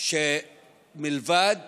שמלבד